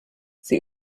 sie